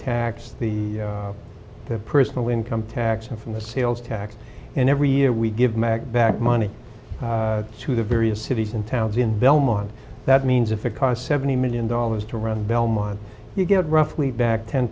tax the personal income tax and from the sales tax in every year we give mag back money to the various cities and towns in belmont that means if it costs seventy million dollars to run belmont you get roughly back ten